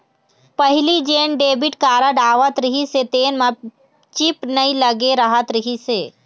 पहिली जेन debit card आवत रहिस हे तेन म चिप नइ लगे रहत रहिस हे